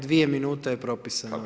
Dvije minute je propisano.